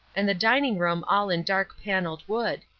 and the dining-room all in dark panelled wood,